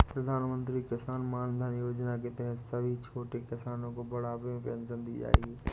प्रधानमंत्री किसान मानधन योजना के तहत सभी छोटे किसानो को बुढ़ापे में पेंशन दी जाएगी